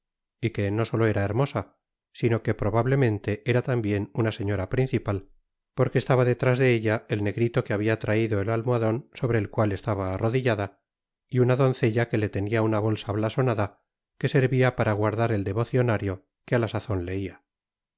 y que no solo era hermosa sino que probablemente era tambien una señora principal porque estaba detrás de ella el negrito que habia traido e almohadon sobre el cual estaba arrodillada y una doncella que le tenia una bolsa blasonada que servia para guardar el devocionario que á la sazon leía